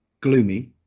gloomy